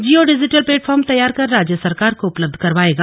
Jio digital platform तैयार कर राज्य सरकार को उपलब्ध करवाएगा